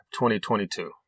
2022